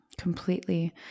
Completely